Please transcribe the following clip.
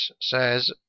says